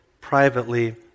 privately